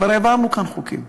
כבר העברנו כאן חוקים.